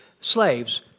slaves